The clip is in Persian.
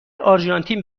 آرژانتین